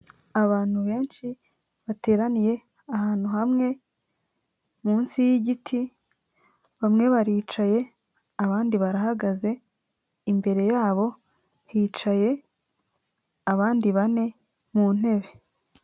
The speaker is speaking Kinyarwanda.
Abantu benshi bateraniye ahantu hamwe munsi yigiti, bamwe baricaye abandi barahagaze, imbere yabo hicaye abandi bane mu ntebe.